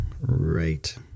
right